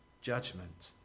judgment